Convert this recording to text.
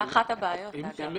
זו אחת הבעיות, אגב.